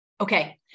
Okay